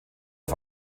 auf